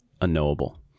unknowable